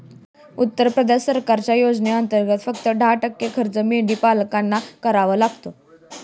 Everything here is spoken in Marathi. उत्तर प्रदेश सरकारच्या योजनेंतर्गत, फक्त दहा टक्के खर्च मेंढीपालकांना करावा लागतो